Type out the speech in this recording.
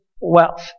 wealth